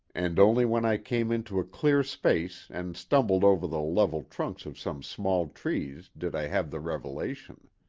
and only when i came into a clear space and stumbled over the level trunks of some small trees did i have the revelation.